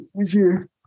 easier